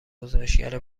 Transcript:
گزارشگر